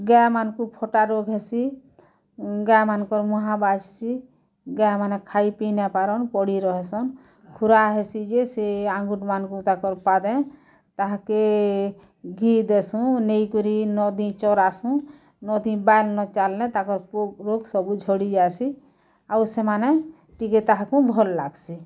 ଗାଏମାନଙ୍କୁ ବି ଫଟା ରୋଗ୍ ହେସି ଗାଏମାନଙ୍କର ମହାବାସୀ ଗାଇମାନେ ଖାଇ ପି ନାଇ ପାର୍ନ ପଡ଼ିରହସନ୍ ଖୁରା ହେସି ଯେ ଆଙ୍ଗୁଠିମାନଙ୍କୁ ପାଦେ ତାହାକେ ଘି ଦେସୁଁ ନେଇକରି ନଦୀ ଚରାସୁଁ ନଦୀ ବାଲ୍ କେ ଚାଲଲେ ସବୁ ପୋକ୍ ଝଡ଼ି ଯାଏସିଁ ଆଉ ସେମାନେ ଟିକେ ତାହାକୁ ଭଲ୍ ଲାଗ୍ସି